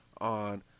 on